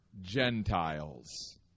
Gentiles